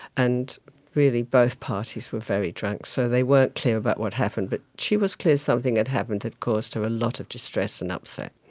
and really both parties were very drunk, so they weren't clear about what happened. but she was clear something had happened that caused her a lot of distress and upset.